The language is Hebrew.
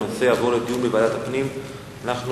הנושא יעבור לדיון בוועדת הפנים והגנת הסביבה.